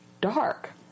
dark